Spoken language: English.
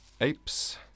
apes